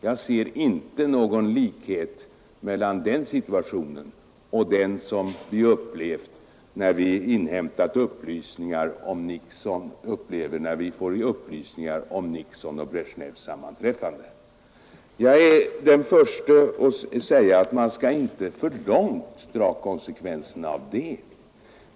Jag ser inte någon likhet mellan den situationen och den som vi upplevt när vi fått upplysningar om sammanträffandet mellan Nixon och Bresjnev. Jag är den förste att säga att man inte skall dra alltför långtgående konsekvenser av det.